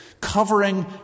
covering